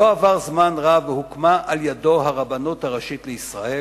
לא עבר זמן רב והוקמה על-ידו הרבנות הראשית לישראל,